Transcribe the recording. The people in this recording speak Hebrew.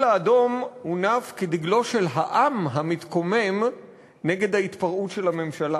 האדום הונף כדגלו של העם המתקומם נגד ההתרעות של הממשלה,